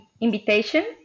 invitation